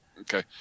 Okay